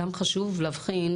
גם חשוב להבחין,